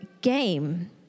game